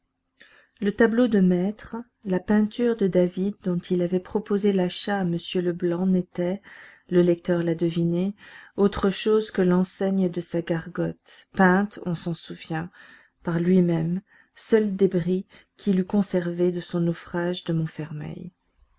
le tableau de maître la peinture de david dont il avait proposé l'achat à m leblanc n'était le lecteur l'a deviné autre chose que l'enseigne de sa gargote peinte on s'en souvient par lui-même seul débris qu'il eût conservé de son naufrage de montfermeil